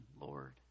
Lord